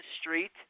Street